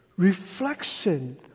Reflection